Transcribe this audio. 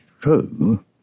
true